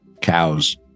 cows